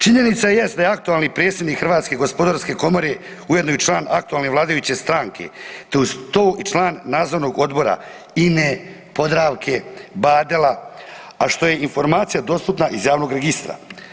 Činjenica jest da je aktualni predsjednik Hrvatske gospodarske komore ujedno i član aktualne vladajuće stranke te uz to i član nadzornog odbora INA-e, Podravke, Badela a što je informacija dostupna iz javnog registra.